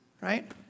Right